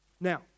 Now